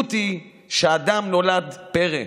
המציאות היא שאדם נולד פרא,